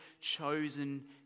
chosen